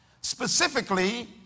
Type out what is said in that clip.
Specifically